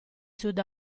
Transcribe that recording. sud